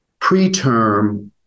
preterm